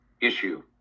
issue